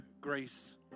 grace